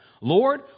Lord